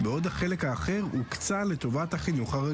אגב, גם לי זכות חוקית לוותר על זה.